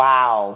Wow